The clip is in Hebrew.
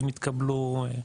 אם יתקבלו?